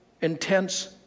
intense